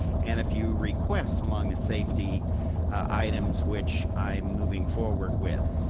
and a few requests along the safety items which i'm moving forward with.